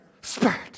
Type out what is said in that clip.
Spirit